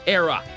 era